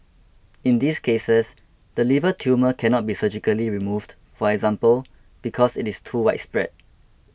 in these cases the liver tumour cannot be surgically removed for example because it is too widespread